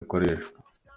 bikoreshwa